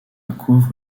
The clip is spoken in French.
couvre